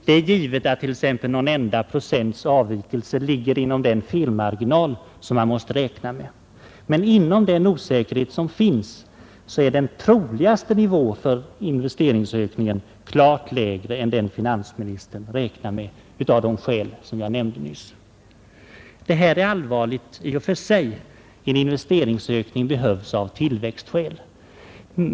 Det är givet att t.ex. någon enda procents avvikelse ligger inom den felmarginal som man måste räkna med. Men inom den osäkerhet som finns är den troligaste nivån för investeringsökningen klart lägre än den som finansministern räknar med av de skäl som jag nyss nämnde. Detta är allvarligt i och för sig, en investeringsökning behövs av tillväxtskäl.